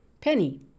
Penny